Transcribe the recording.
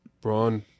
Braun